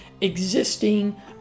existing